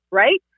right